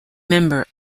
member